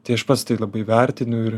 tai aš pats tai labai vertinu ir